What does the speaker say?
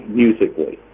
musically